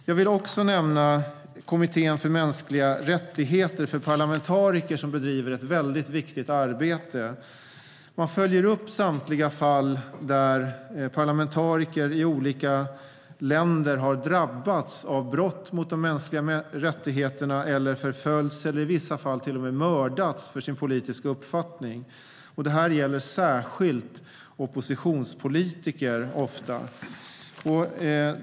Jag vill också nämna kommittén för parlamentarikers mänskliga rättigheter. Det är alltså fråga om parlamentariker som bedriver ett viktigt arbete. Man följer upp samtliga fall där parlamentariker i olika länder har drabbats av brott mot de mänskliga rättigheterna, har förföljts eller i vissa fall till och med mördats för sin politiska uppfattning. Det gäller särskilt oppositionspolitiker.